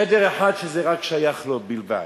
חדר אחד שהיה שייך רק לו בלבד,